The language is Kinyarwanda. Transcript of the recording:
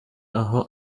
aho